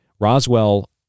Roswell